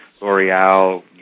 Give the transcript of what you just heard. L'Oreal